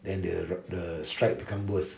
then the the strike become worse